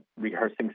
rehearsing